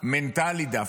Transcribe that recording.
מבחינה מנטלית,